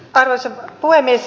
arvoisa puhemies